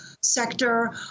sector